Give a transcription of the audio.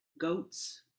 goats